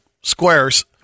squares